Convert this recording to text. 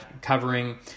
covering